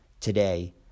Today